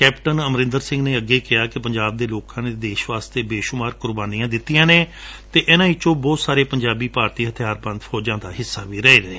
captain Amarinder Singh ਨੇ ਅਗੇ ਕਿਹਾ ਕਿ ਪੰਜਾਬ ਦੇ ਲੋਕਾਂ ਨੇ ਦੇਸ਼ ਵਾਸਤੇ ਬੇਸੁਮਾਰ ਕੁਰਬਾਨੀਆਂ ਦਿੱਤੀਆਂ ਨੇ ਅਤੇ ਇਨ੍ਹਾਂ ਵਿਚੋਂ ਬਹੁਤ ਸਾਰੇ ਪੰਜਾਬੀ ਭਾਰਤੀ ਹਬਿਆਰਬੰਦ ਫੌਜਾਂ ਦਾ ਹਿੱਸਾ ਵੀ ਰਹੇ ਨੇ